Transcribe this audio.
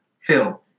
Phil